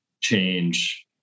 change